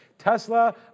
Tesla